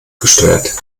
gesteuert